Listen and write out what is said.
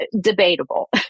debatable